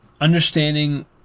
understanding